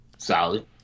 Solid